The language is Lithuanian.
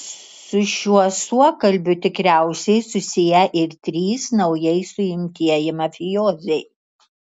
su šiuo suokalbiu tikriausiai susiję ir trys naujai suimtieji mafijoziai